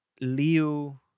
Liu